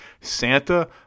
Santa